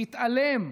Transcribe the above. להתעלם,